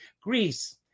Greece